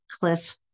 Cliff